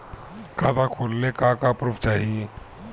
खाता खोलले का का प्रूफ चाही?